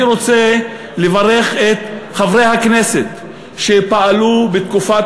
אני רוצה לברך את חברי הכנסת שפעלו בתקופת